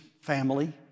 family